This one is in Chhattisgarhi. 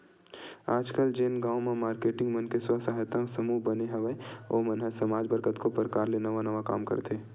आजकल जेन गांव म मारकेटिंग मन के स्व सहायता समूह बने हवय ओ मन ह समाज बर कतको परकार ले नवा नवा काम करथे